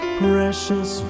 precious